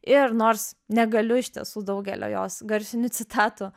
ir nors negaliu iš tiesų daugelio jos garsinių citatų